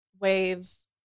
waves